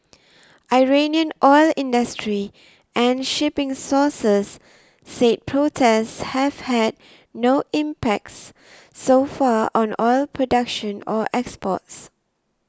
Iranian oil industry and shipping sources said protests have had no impacts so far on oil production or exports